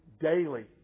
daily